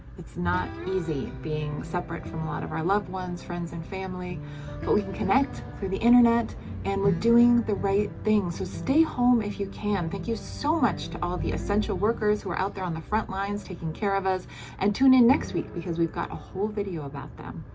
it's not easy being separate from a lot of our loved ones, friends and family but we can connect through the internet and we're doing the right thing, so stay home if you can. thank you so much to all the essential workers who are out there on the frontlines taking care of us and tune in next week because we've got a whole video about them.